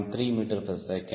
3 ms